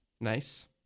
Nice